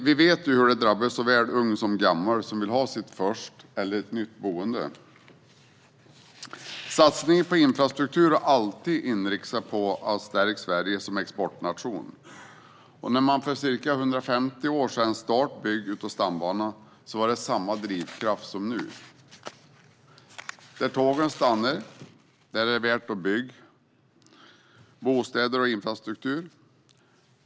Vi vet hur det drabbar såväl unga som gamla som vill ha sitt första boende eller ett nytt boende. Satsningar på infrastruktur har alltid inriktat sig på att stärka Sverige som exportnation. När man för ca 150 år sedan startade byggandet av stambanan var det samma drivkraft som nu. Där tågen stannar är det värt att bygga bostäder och infrastruktur.